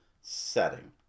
setting